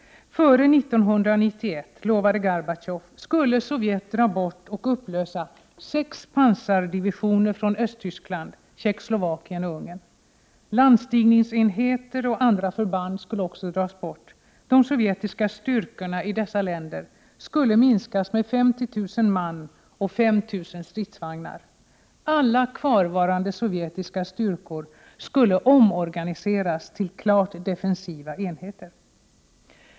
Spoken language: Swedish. Före 1991, lovade Gorbatjov, skulle Sovjet dra bort och upplösa sex pansardivisioner från Östtyskland, Tjeckoslovakien och Ungern. Landstigningsenheter och andra förband skulle också dras bort. De sovjetiska styrkorna i dessa länder skulle minskas med 50 000 man och 5 000 stridsvagnar. Alla kvarvarande sovjetiska styrkor skulle omorganiseras till klart defensiva enheter.